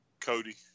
Cody